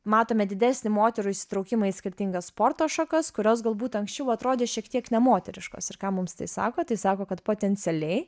matome didesnį moterų įsitraukimą į skirtingas sporto šakas kurios galbūt anksčiau atrodė šiek tiek nemoteriškos ir ką mums tai sako tai sako kad potencialiai